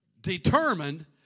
determined